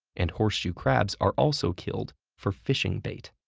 and horseshoe crabs are also killed for fishing bait.